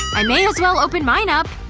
i may as well open mine up!